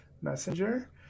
Messenger